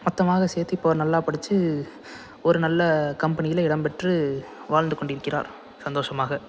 மொத்தமாக சேர்த்து இப்போது அவர் நல்லா படித்து ஒரு நல்ல கம்பெனியில் இடம்பெற்று வாழ்ந்து கொண்டிருக்கிறார் சந்தோஷமாக